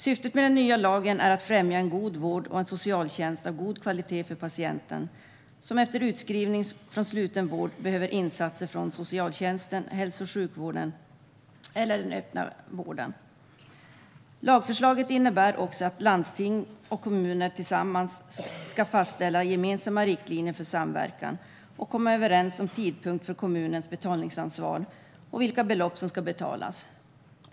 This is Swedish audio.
Syftet med den nya lagen är att främja en god vård och en socialtjänst av god kvalitet för patienten, som efter utskrivning från sluten vård behöver insatser från socialtjänsten, hälso och sjukvården eller den öppna vården. Lagförslaget innebär också att landsting och kommuner tillsammans ska fastställa gemensamma riktlinjer för samverkan och komma överens om tidpunkt för kommunens betalningsansvar och vilka belopp som ska betalas.